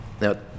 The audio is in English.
Now